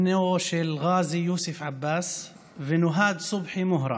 בנו של ע'אזי יוסף עבאס ונוהאד סובחי מוהרה,